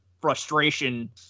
frustration